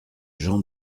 jean